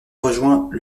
rejoint